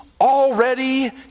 already